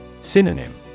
Synonym